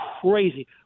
crazy